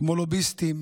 כמו לוביסטים